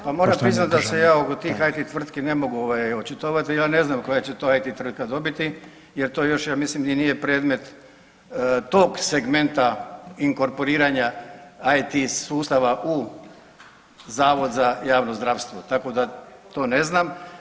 Pa moram priznati da se ja oko IT tvrtki ne mogu očitovati, ja ne znam koja će to IT tvrtka dobiti jer to još ja mislim i nije predmet tog segmenta inkorporiranja IT sustava u Zavod za javno zdravstvo, tako da to ne znam.